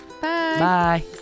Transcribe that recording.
Bye